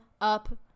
up